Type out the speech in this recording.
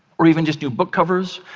or even just new book covers,